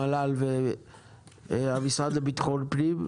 המל"ל והמשרד לביטחון פנים,